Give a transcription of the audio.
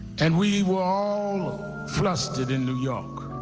and we were all flustered in new york.